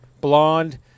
Blonde